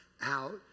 out